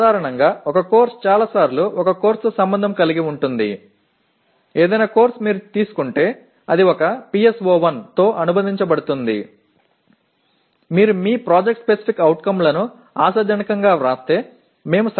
நீங்கள் உங்கள் PSOக்களை சரியான முறையில் எழுதினால் பொதுவாக எந்தவொரு பாடநெறியையும் நீங்கள் எடுத்துக் கொண்டால் பெரும்பாலான நேரங்களில் அது ஒரு PSO1 உடன் தொடர்புடையதாக இருக்கும் என நாங்கள் கருதுகிறோம் சரியா